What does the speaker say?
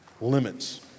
limits